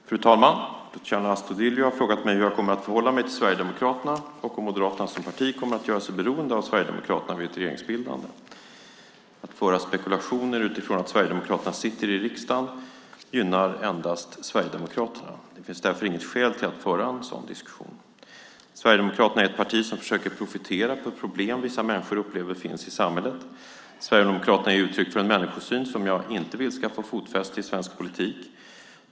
Fru talman! Luciano Astudillo har frågat mig hur jag kommer att förhålla mig till Sverigedemokraterna och om Moderaterna som parti kommer att göra sig beroende av Sverigedemokraterna vid ett regeringsbildande. Att föra spekulationer utifrån att Sverigedemokraterna sitter i riksdagen gynnar endast Sverigedemokraterna. Det finns därför inget skäl till att föra en sådan diskussion. Sverigedemokraterna är ett parti som försöker profitera på problem som vissa människor upplever finns i samhället. Sverigedemokraterna ger uttryck för en människosyn som jag inte vill ska få fotfäste i svensk politik.